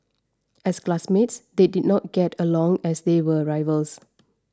as classmates they did not get along as they were rivals